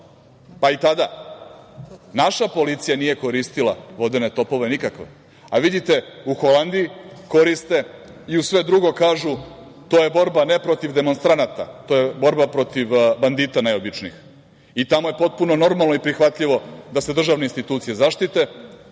zapale. Tada naša policija nije koristila vodene topove, nikakve. Vidite, u Holandiji koriste i uz sve drugo kažu, to je borba ne protiv demonstranata, to je borba protiv najobičnijih bandita. Tamo je normalno, prihvatljivo da se državne institucije zaštite,